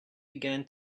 began